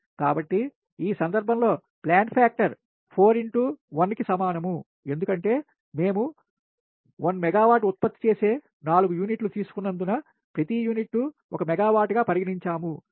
కాబట్టి ఈ సందర్భంలో ప్లాంట్ ఫాక్టర్ 4 x 1 కి సమానం ఎందుకంటే మేము 1 మెగావాట్ ఉత్పత్తి చేసే 4 యూనిట్ల తీసుకున్నందున ప్రతి యూనిట్ 1 మెగావాట్ గా పరిగణించాము